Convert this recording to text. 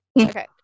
okay